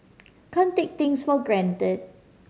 can't take things for granted